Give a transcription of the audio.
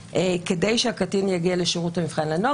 אבל יש את ההרתעה המספקת כדי שהקטין יגיע לשירות המבחן לנוער.